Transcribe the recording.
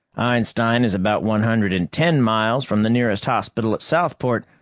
einstein is about one hundred and ten miles from the nearest hospital at southport,